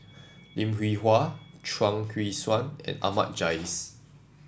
Lim Hwee Hua Chuang Hui Tsuan and Ahmad Jais